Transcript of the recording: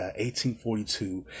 1842